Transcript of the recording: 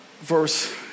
verse